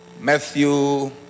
Matthew